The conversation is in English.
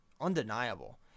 undeniable